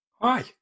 Hi